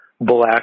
black